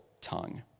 tongue